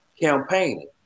campaigning